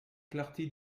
clarté